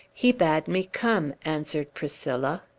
he bade me come, answered priscilla.